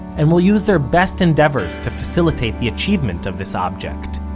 and will use their best endeavors to facilitate the achievement of this object,